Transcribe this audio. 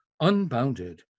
unbounded